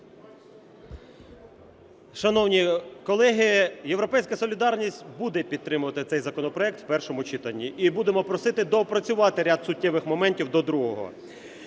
Шановні колеги, "Європейська солідарність" буде підтримувати цей законопроект в першому читанні, і будемо просити доопрацювати ряд суттєвих моментів до другого.